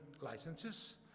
licenses